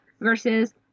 Versus